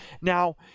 Now